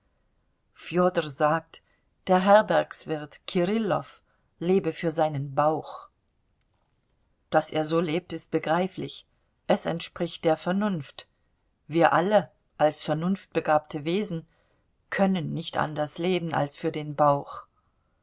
fjodor sagt der herbergswirt kirillow lebe für seinen bauch daß er so lebt ist begreiflich es entspricht der vernunft wir alle als vernunftbegabte wesen können nicht anders leben als für den bauch